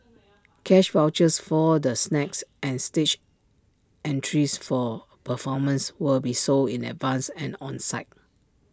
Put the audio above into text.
cash vouchers for the snacks and stage entries for performances will be sold in advance and on site